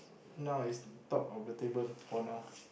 now is top of the table for now